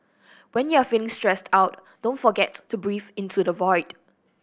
when you are feeling stressed out don't forget to breathe into the void